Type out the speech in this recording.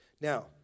Now